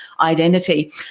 identity